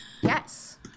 yes